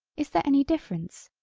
is there any difference.